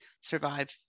survive